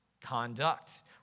Conduct